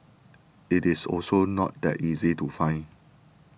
it is also not that easy to find